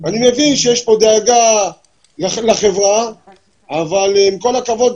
אני מבין שיש פה דאגה לחברה אבל עם כל הכבוד,